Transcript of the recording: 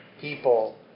people